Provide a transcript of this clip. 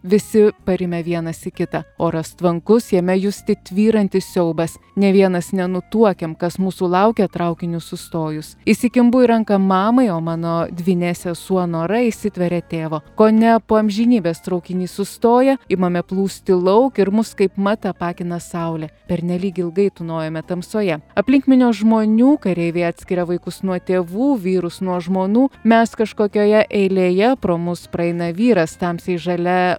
visi parimę vienas į kitą oras tvankus jame justi tvyrantis siaubas nė vienas nenutuokiam kas mūsų laukia traukiniui sustojus įsikimbu į ranką mamai o mano dvynė sesuo nora įsitveria tėvo kone po amžinybės traukinys sustoja imame plūsti lauk ir mus kaipmat apakina saulė pernelyg ilgai tūnojome tamsoje aplink minios žmonių kareiviai atskiria vaikus nuo tėvų vyrus nuo žmonų mes kažkokioje eilėje pro mus praeina vyras tamsiai žalia